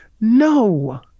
No